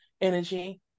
energy